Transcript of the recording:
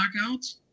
blackouts